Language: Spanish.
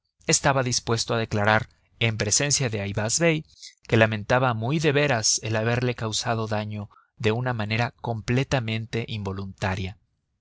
estaba dispuesto a declarar en presencia de ayvaz bey que lamentaba muy de veras el haberle causado daño de una manera completamente involuntaria